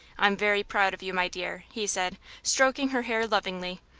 i'm very proud of you, my dear, he said, stroking her hair lovingly,